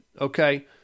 okay